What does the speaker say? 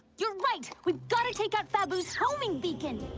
you're right. we've got to take out babu's homing beacon